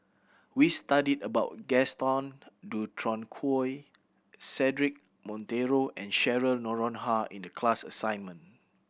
we studied about Gaston Dutronquoy Cedric Monteiro and Cheryl Noronha in the class assignment